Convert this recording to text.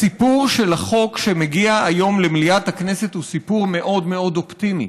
הסיפור של החוק שמגיע היום למליאת הכנסת הוא סיפור מאוד מאוד אופטימי.